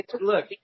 look